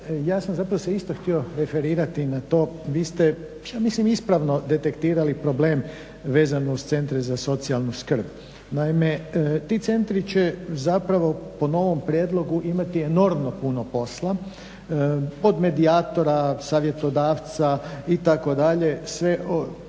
ja sam zapravo se isto htio referirati na to. Vi ste, ja mislim ispravno detektirali problem vezano uz Centre za socijalnu skrb. Naime, ti centri će zapravo po novom prijedlogu imati enormo puno posla od medijatora, savjetodavca itd. pa